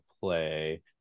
play